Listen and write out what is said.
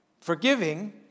forgiving